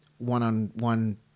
one-on-one